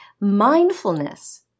mindfulness